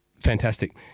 Fantastic